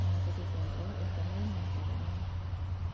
मलाई चाहिँ त्यो स्याम्पो एकदमै मनपरेन